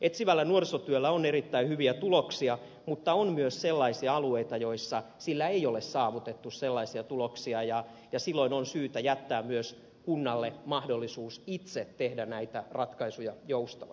etsivällä nuorisotyöllä on erittäin hyviä tuloksia mutta on myös sellaisia alueita joissa sillä ei ole saavutettu sellaisia tuloksia ja silloin on syytä jättää myös kunnalle mahdollisuus itse tehdä näitä ratkaisuja joustavasti